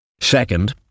Second